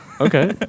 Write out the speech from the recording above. Okay